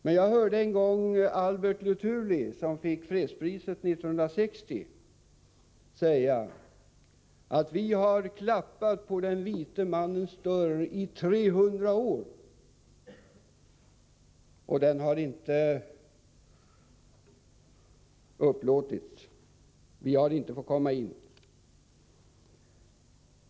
Men jag hörde en gång Albert Luthuli, som fick fredspriset 1960, säga: Vi har klappat på den vite mannens dörr i 300 år, men den har inte upplåtits, vi har inte fått komma in.